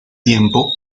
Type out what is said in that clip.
tiempo